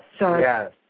yes